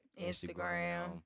Instagram